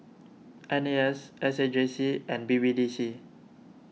N A S S A J C and B B D C